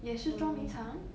也是捉迷藏